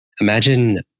imagine